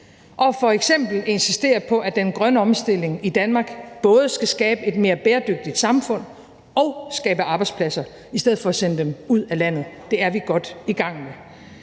og f.eks. insisterer på, at den grønne omstilling i Danmark både skal skabe et mere bæredygtigt samfund og skabe arbejdspladser i stedet for at sende dem ud af landet. Det er vi godt i gang med.